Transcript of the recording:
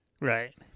Right